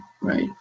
right